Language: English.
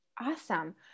Awesome